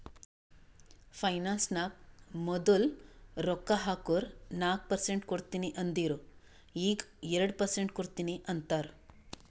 finance ನಾಗ್ ಮದುಲ್ ರೊಕ್ಕಾ ಹಾಕುರ್ ನಾಕ್ ಪರ್ಸೆಂಟ್ ಕೊಡ್ತೀನಿ ಅಂದಿರು ಈಗ್ ಎರಡು ಪರ್ಸೆಂಟ್ ಕೊಡ್ತೀನಿ ಅಂತಾರ್